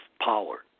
power